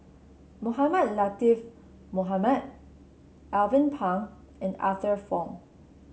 Mohamed Latiff Mohamed Alvin Pang and Arthur Fong